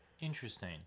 Interesting